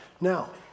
Now